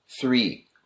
Three